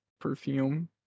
perfume